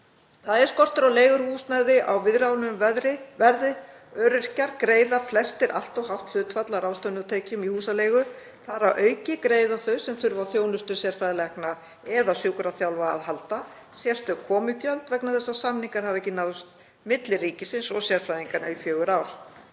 Það er skortur á leiguhúsnæði á viðráðanlegu verði. Öryrkjar greiða flestir allt of hátt hlutfall af ráðstöfunartekjum í húsaleigu. Þar að auki greiða þau sem þurfa á þjónustu sérfræðilækna eða sjúkraþjálfara að halda sérstök komugjöld vegna þess að samningar hafa ekki náðst milli ríkisins og sérfræðinganna í fjögur ár.